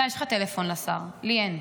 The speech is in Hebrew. אתה, יש לך טלפון לשר, לי אין.